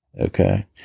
Okay